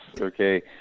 okay